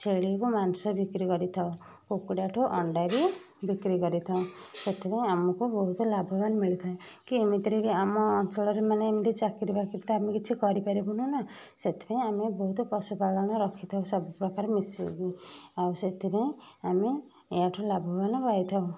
ଛେଳିକୁ ମାଂସ ବିକ୍ରି କରିଥାଉ କୁକୁଡ଼ାଠୁ ଅଣ୍ଡା ବି ବିକ୍ରି କରିଥାଉ ସେଥିରୁ ଆମକୁ ବହୁତ ଲାଭବାନ ମିଳିଥାଏ କି ଏମିତିରେ ବି ଆମ ଅଞ୍ଚଳରେ ମାନେ ଏମିତି ଚାକିରୀ ବାକିରି ତ ଆମେ କିଛି କରିପାରିବୁ ନାଁ ସେଥିପାଇଁ ଆମେ ବହୁତ ପଶୁପାଳନ ରଖିଥାଉ ସବୁପ୍ରକାର ମିଶେଇକି ଆଉ ସେଥିପାଇଁ ଆମେ ୟାଠୁ ଲାଭବାନ ପାଇଥାଉ